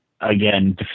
again